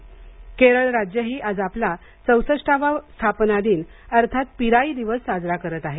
केरळ केरळ राज्यही आज आपला चौसष्टावा स्थापन दिन अर्थात पिरायी दिवस साजरा करत आहे